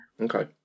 Okay